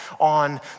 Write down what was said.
on